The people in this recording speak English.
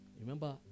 Remember